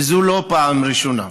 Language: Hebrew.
וזו לא הפעם הראשונה.